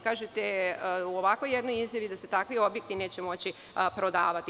Kažete u ovakvoj jednoj izjavi da se takvi objekti neće moći prodavati.